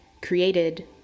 created